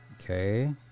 Okay